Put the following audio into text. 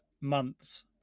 months